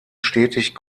stetig